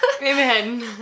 Amen